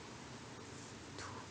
to